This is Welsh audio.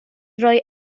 rhoi